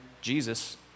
Jesus